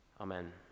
Amen